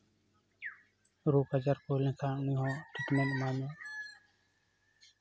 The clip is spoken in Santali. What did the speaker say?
ᱨᱳᱜᱽ ᱟᱡᱟᱨ ᱠᱚ ᱦᱩᱭ ᱞᱱᱠᱷᱟᱱ ᱩᱱᱤ ᱦᱚᱸ ᱩᱛᱱᱟᱹᱣ ᱮᱢᱟᱭ ᱢᱮ